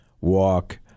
walk